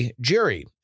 jury